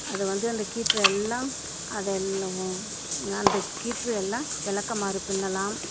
அதை வந்து அந்த கீற்று எல்லாம் அதை அந்த கீற்று எல்லாம் விளக்கமாறு பின்னலாம்